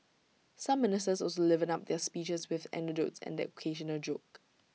some ministers also livened up their speeches with anecdotes and the occasional joke